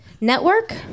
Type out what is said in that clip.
Network